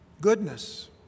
goodness